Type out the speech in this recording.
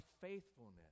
faithfulness